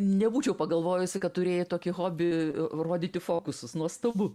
nebūčiau pagalvojusi kad turėjai tokį hobį rodyti fokusus nuostabu